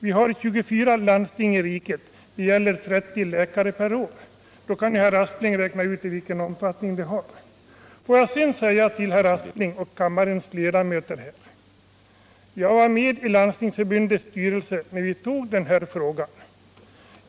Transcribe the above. Det finns 24 — Nr 49 landsting i riket och det gäller 30 läkare per år. Då kan herr Aspling räkna ut omfattningen. Får jag sedan säga till herr Aspling och kammarens ledamöter att jag var med när Landstingsförbundets styrelse fattade beslut i denna fråga.